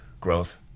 growth